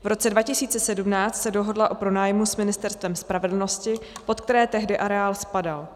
V roce 2017 se dohodla o pronájmu s Ministerstvem spravedlnosti, pod které tehdy areál spadal.